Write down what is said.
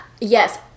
Yes